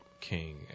King